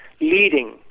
leading